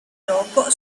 loco